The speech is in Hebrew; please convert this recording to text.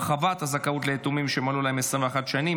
הרחבת הזכאות ליתומים שמלאו להם 21 שנים),